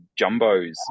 jumbos